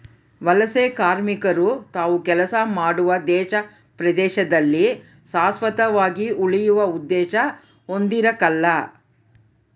ವಲಸೆಕಾರ್ಮಿಕರು ತಾವು ಕೆಲಸ ಮಾಡುವ ದೇಶ ಪ್ರದೇಶದಲ್ಲಿ ಶಾಶ್ವತವಾಗಿ ಉಳಿಯುವ ಉದ್ದೇಶ ಹೊಂದಿರಕಲ್ಲ